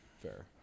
Fair